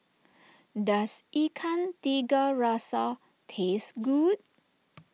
does Ikan Tiga Rasa taste good